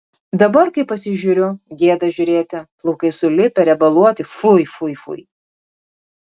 dabar kai pasižiūriu gėda žiūrėti plaukai sulipę riebaluoti fui fui fui